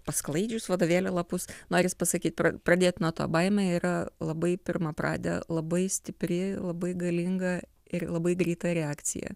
pasklaidžius vadovėlio lapus noris pasakyt pradėt nuo to baimė yra labai pirmapradė labai stipri labai galinga ir labai greita reakcija